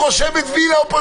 את רק רושמת וי לאופוזיציה.